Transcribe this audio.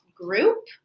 group